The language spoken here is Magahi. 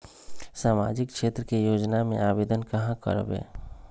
सामाजिक क्षेत्र के योजना में आवेदन कहाँ करवे?